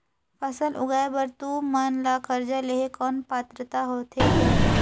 फसल उगाय बर तू मन ला कर्जा लेहे कौन पात्रता होथे ग?